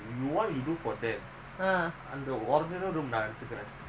இல்லஉனக்குவந்து:illa unakku vandhu hall lah செஞ்சிருவேன்:senjiruven room உனக்கு:unakku